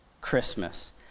Christmas